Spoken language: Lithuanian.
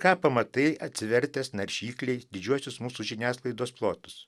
ką pamatai atsivertęs naršyklėj didžiuosius mūsų žiniasklaidos plotus